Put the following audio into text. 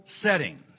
settings